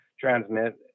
transmit